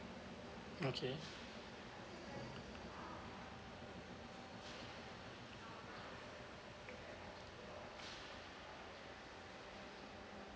okay